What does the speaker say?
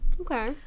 Okay